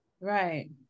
Right